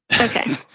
Okay